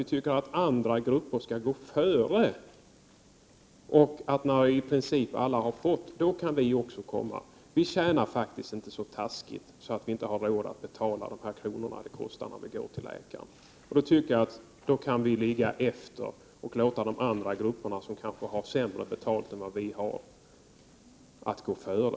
Vi tycker att andra grupper skall gå före, och när i princip alla andra har fått förmånerna i fråga kan också vi komma efter. Vi tjänar faktiskt inte så dåligt att vi inte har råd att betala de kronor som det kostar när vi går till läkare. Jag tycker därför att vi kan avvakta och låta de andra grupperna, som kanske har mindre inkomster än vi, gå före.